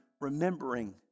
remembering